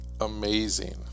amazing